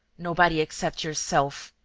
nobody except yourself.